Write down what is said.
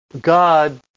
God